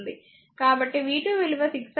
కాబట్టి v2 విలువ 6 i2 అవుతుంది